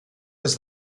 was